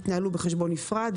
יתנהלו בחשבון נפרד,